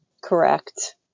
Correct